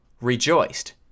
rejoiced